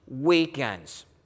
weekends